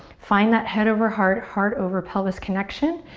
find that head over heart, heart over pelvis connection.